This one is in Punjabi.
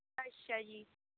ਅੱਛਾ ਜੀ